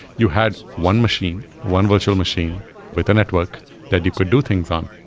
you had one machine, one virtual machine with a network that you could do things on.